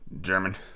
German